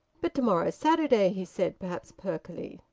but to-morrow's saturday, he said, perhaps perkily.